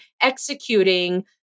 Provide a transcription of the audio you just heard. executing